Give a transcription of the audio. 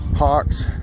hawks